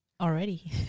Already